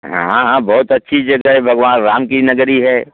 हाँ हाँ हाँ बहुत अच्छी जगह है भगवान राम की नगरी है